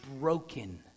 broken